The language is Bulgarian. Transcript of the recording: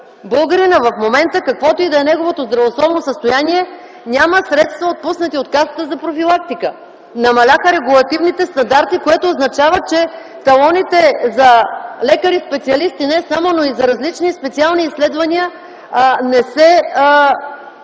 Българинът в момента, каквото и да е неговото здравословно състояние, няма средства, отпуснати от Касата за профилактика. Намаляха регулативните стандарти, което означава, че талоните за лекари специалисти и за различни специални изследвания не стигат.